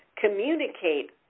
communicate